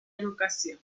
educación